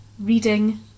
reading